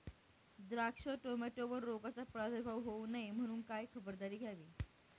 द्राक्ष, टोमॅटोवर रोगाचा प्रादुर्भाव होऊ नये म्हणून काय खबरदारी घ्यावी?